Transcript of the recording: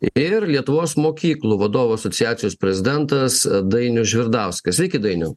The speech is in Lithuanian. ir lietuvos mokyklų vadovų asociacijos prezidentas dainius žvirdauskas sveiki dainiau